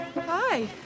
Hi